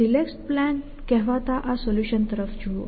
relaxed plan કહેવાતા આ solution તરફ જુઓ